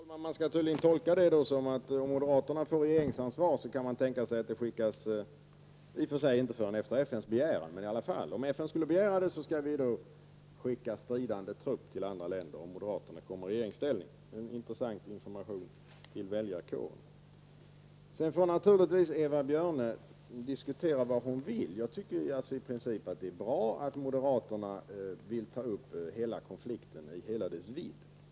Herr talman! Man skall tydligen tolka detta så att om moderaterna får regeringsansvar kan det tänkas att Sverige skickar stridande trupp, i och för sig inte förrän på FNs begäran, men i alla fall. Om FN skulle begära det, skall vi skicka stridande trupp till andra länder, i händelse av att moderaterna kommer i regeringsställning. Det är intressant information till väljarkåren. Naturligtvis får Eva Björne diskutera vad hon vill. Jag tycker i princip att det är bra att moderaterna vill ta upp konflikten i hela dess vidd.